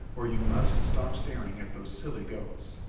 or you must stop staring at those silly goats.